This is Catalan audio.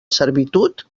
servitud